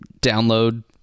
download